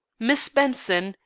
miss benson,